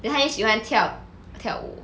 then 他又喜欢跳跳舞